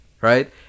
right